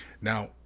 now